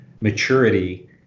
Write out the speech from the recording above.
maturity